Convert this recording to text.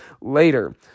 later